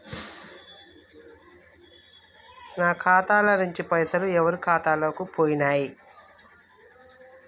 నా ఖాతా ల నుంచి పైసలు ఎవరు ఖాతాలకు పోయినయ్?